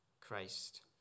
Christ